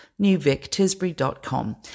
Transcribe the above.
newvictisbury.com